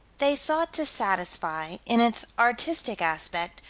they sought to satisfy, in its artistic aspect,